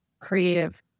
creative